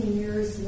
years